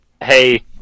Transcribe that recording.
hey